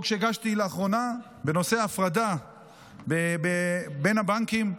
חוק שהגשתי לאחרונה בנושא ההפרדה בין הבנקים,